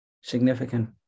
significant